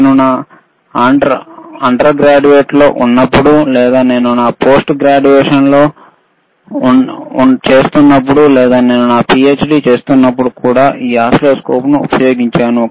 నేను నా అండర్గ్రాడ్ లో ఉన్నప్పుడు లేదా నేను నా పోస్ట్ గ్రాడ్యుయేషన్ చేస్తున్నప్పుడు లేదా నేను నా పిహెచ్డి చేస్తున్నప్పుడు కూడా ఈ ఓసిల్లోస్కోప్ను ఉపయోగించాను